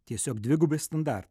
tiesiog dvigubi standartai